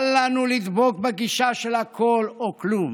אל לנו לדבוק בגישה של הכול או כלום.